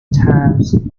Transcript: times